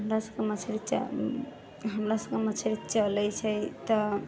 हमरा सबके मछली चलैत छै तऽ हमरा सबके मछली चलैत छै